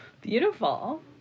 Beautiful